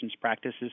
practices